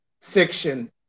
section